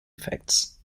effects